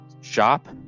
shop